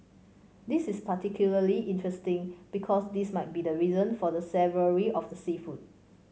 this is particularly interesting because this might be the reason for the savoury of the seafood